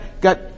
got